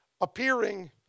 appearing